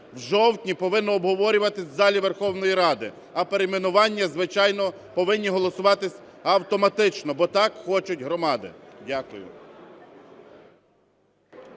в жовтні, повинно обговорюватись в залі Верховної Ради, а перейменування, звичайно, повинні голосуватись автоматично, бо так хочуть громади. Дякую.